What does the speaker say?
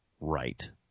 right